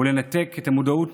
מהמודעות